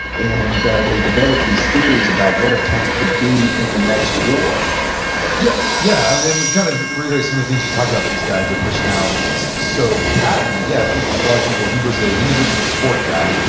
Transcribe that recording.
and they developed these theories about what a tank could do in the next war yeah, yeah and and we kind of reiterate some of the things you talked about these guys, their personalities. so, patton, yeah, i think a but lot of people, he was an individual sport guy.